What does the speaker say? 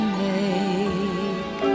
make